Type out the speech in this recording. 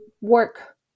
work